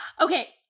Okay